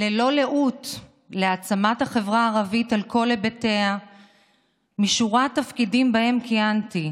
ללא לאות להעצמת החברה הערבית על כל היבטיה בשורת תפקידים שבהם כיהנתי,